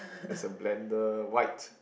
there's a blender right